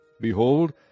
Behold